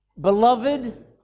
Beloved